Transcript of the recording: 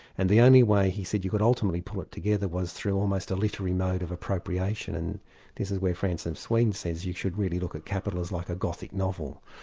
and the only way, he said, you could ultimately pull it together was through almost a literary mode of appropriation, and this is where francis wheen says you should really look at kapital as like a gothic novel.